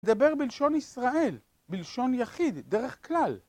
נדבר בלשון ישראל, בלשון יחיד, דרך כלל.